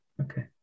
Okay